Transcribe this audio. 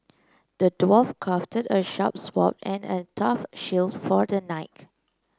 the dwarf crafted a sharp sword and a tough shield for the knight